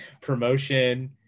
promotion